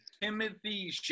Timothy